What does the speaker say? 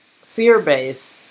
fear-based